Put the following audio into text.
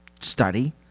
study